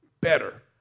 Better